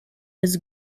his